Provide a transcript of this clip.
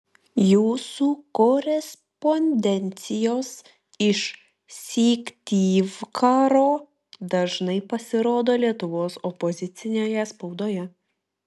jūsų korespondencijos iš syktyvkaro dažnai pasirodo lietuvos opozicinėje spaudoje